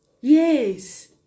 Yes